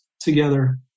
together